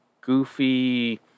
goofy